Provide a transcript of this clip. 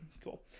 Cool